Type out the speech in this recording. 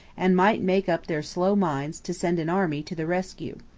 and might make up their slow minds to send an army to the rescue.